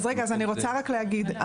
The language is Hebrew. אני רוצה רק להגיד,